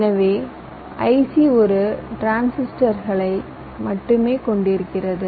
எனவே ஐசி ஒரு சில டிரான்சிஸ்டர்களை மட்டுமே கொண்டிருந்தது